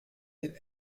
den